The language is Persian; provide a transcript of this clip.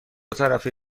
طرفه